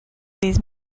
these